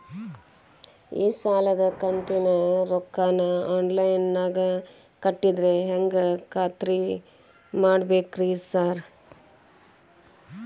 ಈ ಸಾಲದ ಕಂತಿನ ರೊಕ್ಕನಾ ಆನ್ಲೈನ್ ನಾಗ ಕಟ್ಟಿದ್ರ ಹೆಂಗ್ ಖಾತ್ರಿ ಮಾಡ್ಬೇಕ್ರಿ ಸಾರ್?